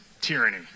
tyranny